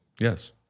Yes